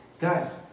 Guys